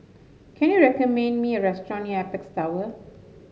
can you recommend me a restaurant near Apex Tower